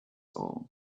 all